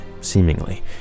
seemingly